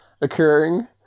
occurring